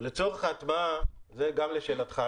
לצורך ההטמעה - זה גם לשאלתך,